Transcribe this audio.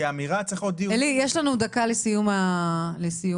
יש לנו דקה לסיום הישיבה,